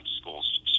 schools